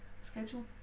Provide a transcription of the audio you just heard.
schedule